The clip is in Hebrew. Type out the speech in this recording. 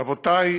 רבותי,